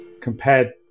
compared